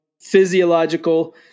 physiological